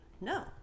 No